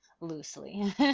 loosely